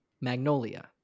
Magnolia